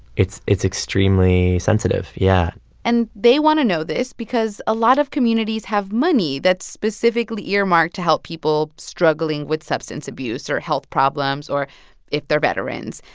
it's it's extremely sensitive, yeah and they want to know this because a lot of communities have money that's specifically earmarked to help people struggling with substance abuse or health problems or if they're veterans.